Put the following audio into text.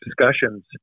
discussions